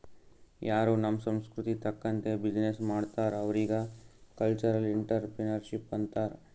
ಯಾರೂ ನಮ್ ಸಂಸ್ಕೃತಿ ತಕಂತ್ತೆ ಬಿಸಿನ್ನೆಸ್ ಮಾಡ್ತಾರ್ ಅವ್ರಿಗ ಕಲ್ಚರಲ್ ಇಂಟ್ರಪ್ರಿನರ್ಶಿಪ್ ಅಂತಾರ್